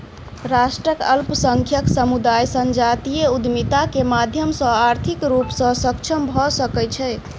राष्ट्रक अल्पसंख्यक समुदाय संजातीय उद्यमिता के माध्यम सॅ आर्थिक रूप सॅ सक्षम भ सकै छै